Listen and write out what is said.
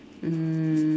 um